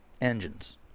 engines